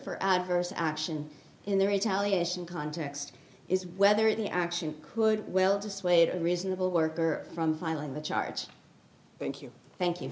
for adverse action in the retaliation context is whether the action could well dissuade a reasonable worker from filing the charge thank you thank you